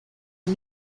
est